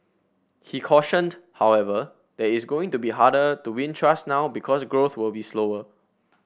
he cautioned however that is going to be harder to win trust now because growth will be slower